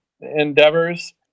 endeavors